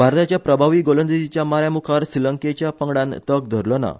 भारताच्या प्रभावी गोलंदाजीच्या माऱ्या मुखार श्रीलंकेच्या पंगडान तग धरलो ना